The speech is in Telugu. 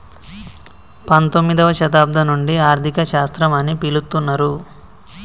పంతొమ్మిదవ శతాబ్దం నుండి ఆర్థిక శాస్త్రం అని పిలుత్తున్నరు